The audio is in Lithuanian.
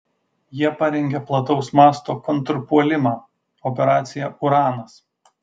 jie parengė plataus masto kontrpuolimą operaciją uranas